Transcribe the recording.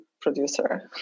producer